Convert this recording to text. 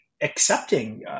accepting